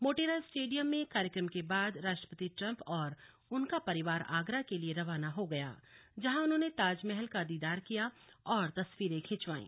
Motera stadium में कार्यक्रम के बाद राष्ट्रपति ट्रंप और उनका परिवार आगरा के लिए रवाना हो गया जहां उन्होंने ताजमहल का दीदार किया और तस्वीरें खिंचवाईं